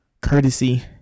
Courtesy